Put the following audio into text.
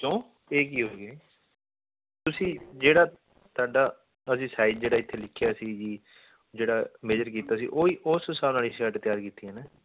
ਕਿਓਂ ਇਹ ਕੀ ਹੋ ਗਿਆ ਤੁਸੀਂ ਜਿਹੜਾ ਤੁਹਾਡਾ ਅਸੀਂ ਸਾਈਜ ਜਿਹੜਾ ਇੱਥੇ ਲਿਖਿਆ ਸੀ ਜੀ ਜਿਹੜਾ ਮੇਜ਼ਰ ਕੀਤਾ ਸੀ ਓਹੀ ਓਸ ਸਾਬ ਨਾਲ ਹੀ ਸ਼ਰਟ ਤਿਆਰ ਕੀਤੀ ਹੈ ਨਾ